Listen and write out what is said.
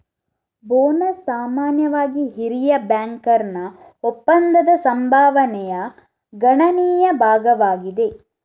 bonus ಸಾಮಾನ್ಯವಾಗಿ ಹಿರಿಯ ಬ್ಯಾಂಕರ್ನ ಒಪ್ಪಂದದ ಸಂಭಾವನೆಯ ಗಣನೀಯ ಭಾಗವಾಗಿದೆ